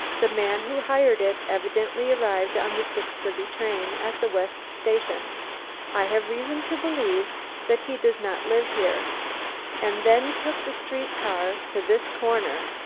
the man who hired it evidently arrived on the six thirty train at the west station i have reason to believe that he does not live here and then took the street car to this corner.